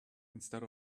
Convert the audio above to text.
instead